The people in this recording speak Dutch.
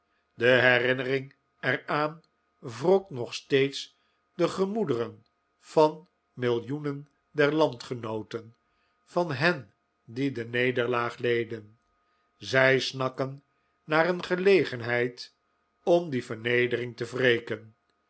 de herinnering er aan wrokt nog steeds in de gemoederen van millioenen der landgenooten van hen die de nederlaag leden zij snakken naar een gelegenheid om die vernedering te wreken